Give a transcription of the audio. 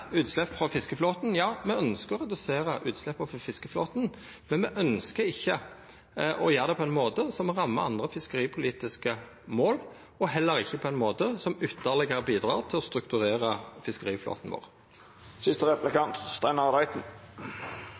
utslepp frå fiskeflåten: Ja, me ønskjer å redusera utslepp frå fiskeflåten, men me ønskjer ikkje å gjera det på ein måte som rammar andre fiskeripolitiske mål, og heller ikkje på ein måte som ytterlegare bidreg til å strukturera fiskeflåten vår.